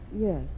Yes